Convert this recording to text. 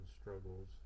struggles